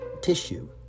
tissue